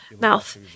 mouth